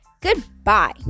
Goodbye